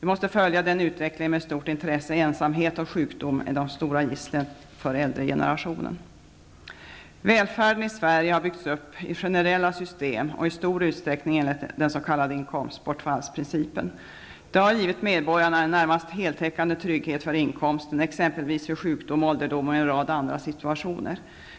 Vi måste följa den utvecklingen med stort intresse. Ensamhet och sjukdom är de stora gisslen för äldregenerationen. Välfärden i Sverige har byggts upp i generella system och i stor utsträckning enligt den s.k. inkomstbortfallsprincipen. Det har givit medborgarna en närmast heltäckande trygghet för inkomsten, exempelvis vid sjukdom och ålderdom och i en rad andra situationer.